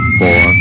four